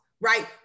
right